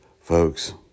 folks